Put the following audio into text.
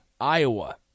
Iowa